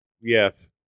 Yes